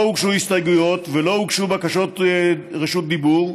לא הוגשו הסתייגויות ולא הוגשו בקשות רשות דיבור.